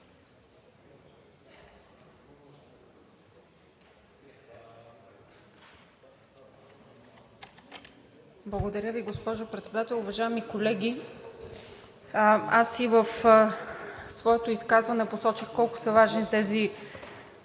Благодаря Ви, госпожо Председател. Уважаеми колеги, аз и в своето изказване посочих колко са важни тези